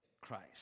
Christ